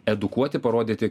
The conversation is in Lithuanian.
edukuoti parodyti